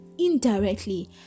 indirectly